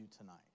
tonight